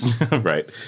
Right